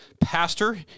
pastor